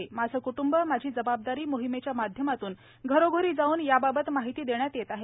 माझे क्टंब माझी जबाबदारी मोहिमेच्या माध्यमातून घरोघरी जावून याबाबत माहिती देण्यात येत आहे